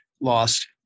lost